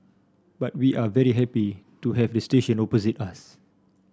but we are very happy to have a station opposite us